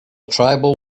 tribal